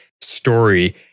story